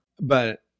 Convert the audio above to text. But-